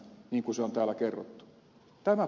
tämä puuttuu täältä